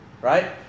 right